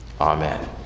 Amen